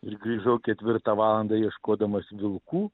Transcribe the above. ir grįžau ketvirtą valandą ieškodamas vilkų